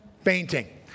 fainting